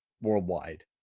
worldwide